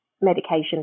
medication